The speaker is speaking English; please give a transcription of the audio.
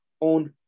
own